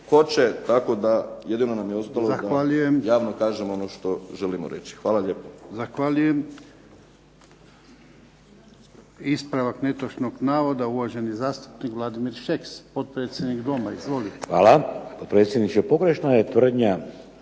hoće tako da jedino nam je ostalo da javno kažemo ono što želimo reći. Hvala lijepo.